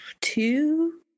two